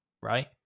right